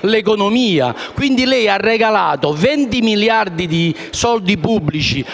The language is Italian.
nell'economia. Lei ha regalato 20 miliardi di soldi pubblici